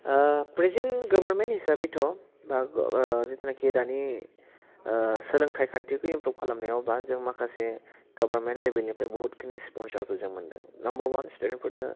present government हिसाबैथ' बाह जिथुनाखि दानि सोलोंथाइ खान्थिखौ इमप्रुभ खालामनायाव बा जों माखासे गभार्नमेन्ट लेभेलनिफ्राय बुहुथखिनि स्पनसार्डफोर जों मोनदों नाम्बार वान स्टुडेन्टफोरनो